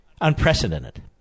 unprecedented